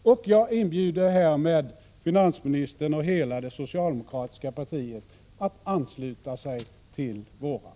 Jag inbjuder härmed finansministern och hela det socialdemokratiska partiet att ansluta sig till våra förslag.